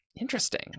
Interesting